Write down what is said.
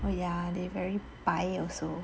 well ya they very 白 also